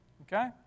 okay